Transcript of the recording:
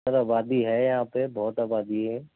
سر آبادی ہے یہاں پہ بہت آبادی ہے